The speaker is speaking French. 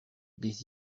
des